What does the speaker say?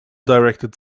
directed